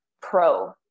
pro